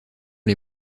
les